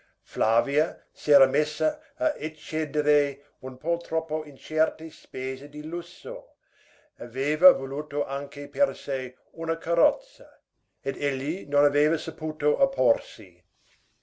infoscarsi flavia s'era messa a eccedere un po troppo in certe spese di lusso aveva voluto anche per sé una carrozza ed egli non aveva saputo opporsi